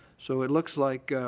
so, it looks like